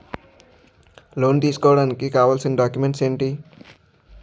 Loan తీసుకోడానికి కావాల్సిన documents ఎంటి?